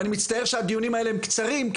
ואני מצטער שהדיונים האלה הם קצרים,